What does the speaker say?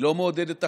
היא לא מעודדת תחרות,